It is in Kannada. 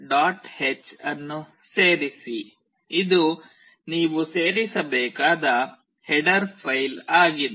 h ಅನ್ನು ಸೇರಿಸಿ ಇದು ನೀವು ಸೇರಿಸಬೇಕಾದ ಹೆಡರ್ ಫೈಲ್ ಆಗಿದೆ